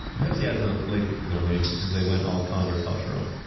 pepsi ads in the late sixty s are amazing, because they went all counter-cultural,